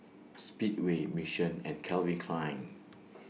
Speedway Mission and Calvin Klein